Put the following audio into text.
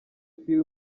phil